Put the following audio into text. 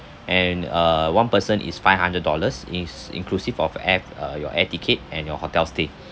and err one person is five hundred dollars it's inclusive of air uh your air ticket and your hotel stay